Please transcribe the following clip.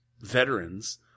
veterans